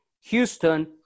Houston